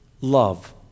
love